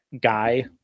guy